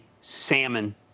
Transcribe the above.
salmon